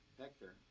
Hector